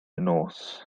nos